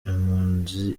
impunzi